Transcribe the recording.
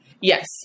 Yes